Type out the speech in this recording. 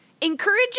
Encourage